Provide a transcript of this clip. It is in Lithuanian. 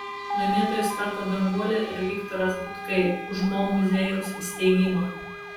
laimėtojais tapo danguolė ir viktoras butkai už mo muziejaus įsteigimą